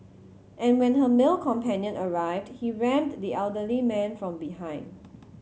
and when her male companion arrived he rammed the elderly man from behind